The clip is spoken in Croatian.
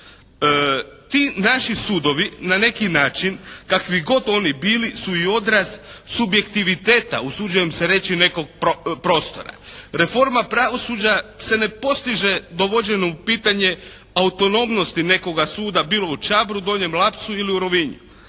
Ti naši sudovi na neki način kakvi god oni bili su i odraz subjektiviteta usuđujem se reći nekog prostora. Reforma pravosuđa se ne postiže dovođenjem u pitanje autonomnosti nekoga suda bilo u Čabru, Donjem Lapcu ili u Rovinju.